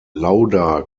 lauda